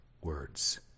words